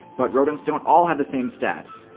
but rodents don't all have the same stats.